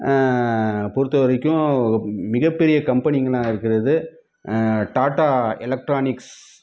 பொறுத்தவரைக்கும் மிக பெரிய கம்பெனிங்களெலாம் இருக்கிறது டாடா எலக்ட்ரானிக்ஸ்